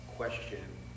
question